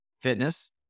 fitness